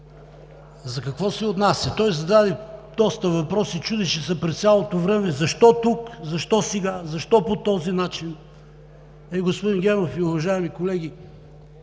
за какво се отнася. Той зададе доста въпроси. Чудеше се през цялото време: защо тук, защо сега, защо по този начин? Господин Генов и уважаеми колеги,